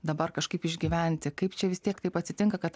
dabar kažkaip išgyventi kaip čia vis tiek taip atsitinka kad